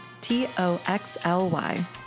T-O-X-L-Y